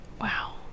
Wow